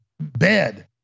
bed